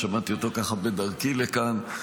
שמעתי אותו בדרכי לכאן,